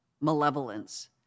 malevolence